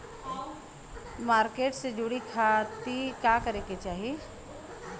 Market से जुड़े खाती का करे के चाही?